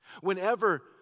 Whenever